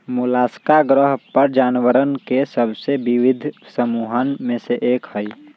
Mollusca ग्रह पर जानवरवन के सबसे विविध समूहन में से एक हई